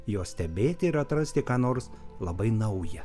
jos stebėti ir atrasti ką nors labai nauja